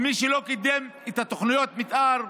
מי שלא קידם את תוכניות המתאר,